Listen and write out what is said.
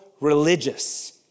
religious